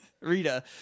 Rita